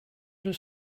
does